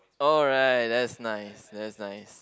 alright that's nice that's nice